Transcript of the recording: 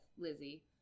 Lizzie